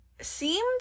seemed